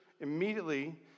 immediately